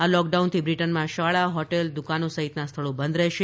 આ લોકડાઉનથી બ્રિટનમાં શાળા હોટલ દુકાનો સહિતના સ્થળો બંધ રહેશે